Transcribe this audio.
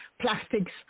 plastics